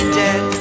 dead